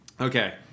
Okay